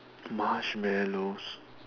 marshmallows